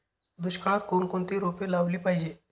दुष्काळात कोणकोणती रोपे लावली पाहिजे?